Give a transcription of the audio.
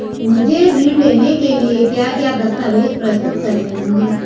मुझे ऋण लेने के लिए क्या क्या दस्तावेज़ प्रस्तुत करने होंगे?